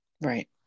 Right